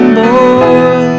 boy